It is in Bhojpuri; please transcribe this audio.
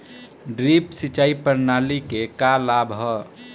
ड्रिप सिंचाई प्रणाली के का लाभ ह?